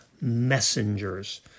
messengers